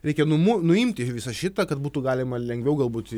reikia numu nuimti visą šitą kad būtų galima lengviau galbūt